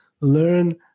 learn